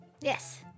Yes